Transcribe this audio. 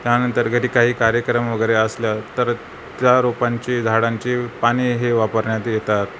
त्यानंतर घरी काही कार्यक्रमवगैरे असल्यास तर त्या रोपांची झाडांची पाने ही वापरण्यात येतात